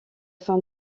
fin